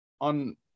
on